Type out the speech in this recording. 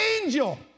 angel